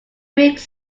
weeks